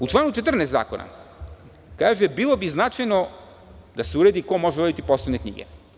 U članu 14. zakona kaže – bilo bi značajno da se uredi ko može urediti poslovne knjige.